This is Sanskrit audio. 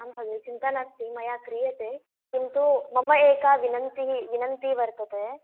आम् भगिनी चिन्ता नास्ति मया क्रियते किन्तु मम एका विनन्तिः विनन्ती वर्तते